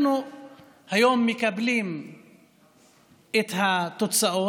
אנחנו מקבלים היום את התוצאות,